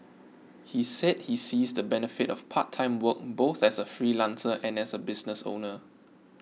he said he sees the benefit of part time work both as a freelancer and as a business owner